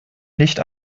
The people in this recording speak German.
nicht